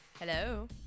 Hello